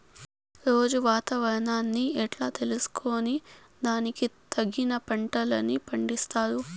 రోజూ వాతావరణాన్ని ఎట్లా తెలుసుకొని దానికి తగిన పంటలని పండిస్తారు?